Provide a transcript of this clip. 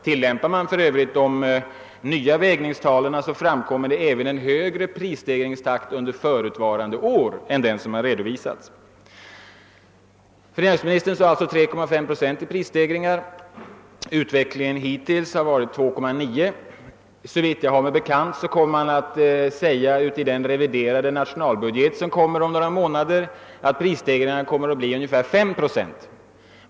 Tillämpar man de nya vägningstalen, så framkommer även en högre prisstegringstakt under föregående år än den som redovisats. Finansministern sade alltså 3,5 procent i prisstegringar i statsverkspropositionen. Utvecklingen hittills har varit 2,9 procent. Såvitt jag har mig bekant kommer man att säga i den reviderade nationalbudget som kommer om några månader att prisstegringarna kommer att bli ungefär 5 procent.